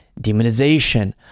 demonization